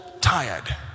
tired